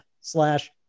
slash